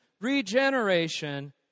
regeneration